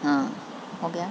ہاں ہو گیا